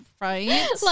Right